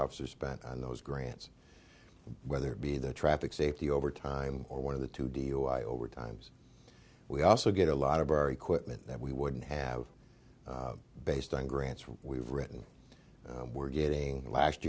officers spent on those grants whether it be the traffic safety over time or one of the two duis overtimes we also get a lot of our equipment that we wouldn't have based on grants from we've written we're getting last